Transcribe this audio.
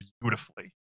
beautifully